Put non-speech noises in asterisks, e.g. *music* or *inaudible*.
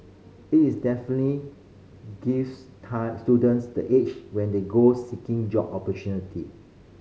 is definitely gives *unintelligible* students the edge when they go seeking job opportunity